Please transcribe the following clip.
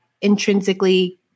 intrinsically